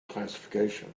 classification